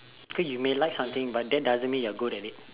okay you may like something but that doesn't mean you are good at it